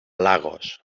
lagos